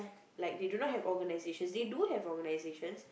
like they do not have organisations they do have organisations